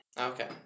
Okay